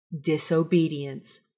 disobedience